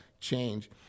change